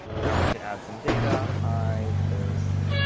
now we can add some data. hi, this